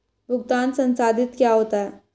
भुगतान संसाधित क्या होता है?